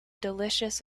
delicious